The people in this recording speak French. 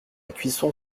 cuisson